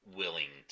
willing